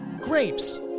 Grapes